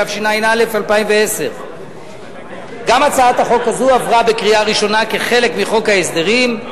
התשע"א 2010. גם הצעת החוק הזאת עברה בקריאה ראשונה כחלק מחוק ההסדרים.